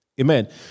Amen